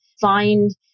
find